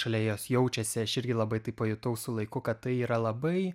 šalia jos jaučiasi aš irgi labai tai pajutau su laiku kad tai yra labai